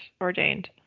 ordained